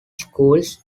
schools